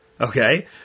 Okay